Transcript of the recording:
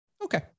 Okay